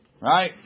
right